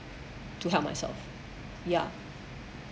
to help myself ya